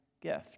gift